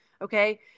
Okay